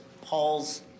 Paul's